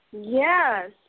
Yes